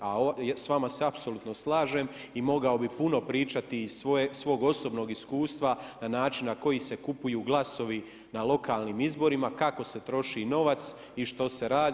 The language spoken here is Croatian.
A sa vama se apsolutno slažem i mogao bih puno pričati iz svog osobnog iskustva na način na koji se kupuju glasovi na lokalnim izborima, kako se troši novac i što se radi.